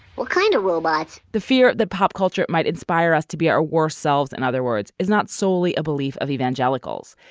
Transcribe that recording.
what kind of robots the fear that pop culture might inspire us to be our worst selves. in and other words is not solely a belief of evangelicals.